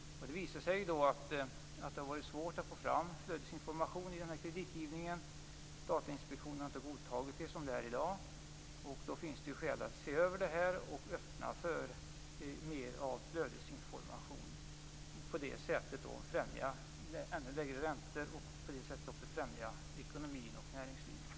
Det visar sig att det har varit svårt att få fram flödesinformation i kreditgivningen. Datainspektionen har inte godtagit den användning härav som i dag förekommer. Det finns skäl att se över detta och öppna för mer av flödesinformation, för att på det sättet främja ännu lägre räntor och därigenom också främja ekonomin och näringslivet.